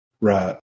Right